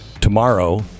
tomorrow